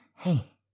Hey